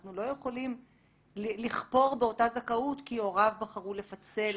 אנחנו לא יכולים לכפור באותה זכאות כי הוריו בחרו לפצל את שטח השיפוט.